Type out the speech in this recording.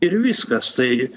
ir viskas tai